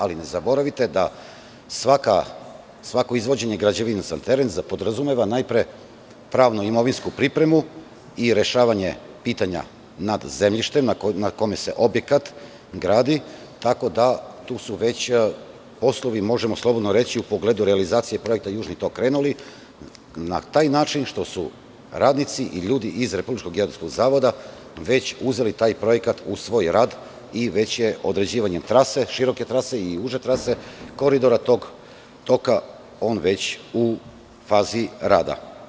Ali, ne zaboravite da svako izvođenje građevinaca na teren podrazumeva najpre pravno-imovinsku pripremu i rešavanje pitanja nad zemljištem na kome se objekat gradi, tako da su tu već poslovi, možemo slobodno reći, u pogledu realizacije projekta Južni tok krenuli na taj način što su radnici, ili ljudi iz Republičkog geodetskog zavoda već uzeli taj projekat u svoj rad i već je određivanjem trase, široke trase i uže trase koridora tog toga, on već u vazi rada.